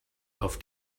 auf